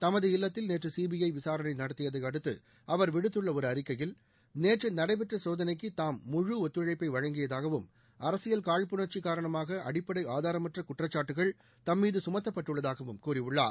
தமது இல்லத்தில் நேற்று சிபிஐ விசாரணை நடத்தியதையடுத்து அவர் விடுத்துள்ள ஒரு அறிக்கையில் நேற்று நடைபெற்ற சோதனைக்கு தாம் முழு ஒத்துழைப்பை வழங்கியதாகவும் அரசியல் காழ்ப்புணர்ச்சி காரணமாக அடிப்படை ஆதாரமற்ற குற்றச்சாட்டுகள் தம்மீது சுமத்தப்பட்டுள்ளதாகவும் கூறியுள்ளார்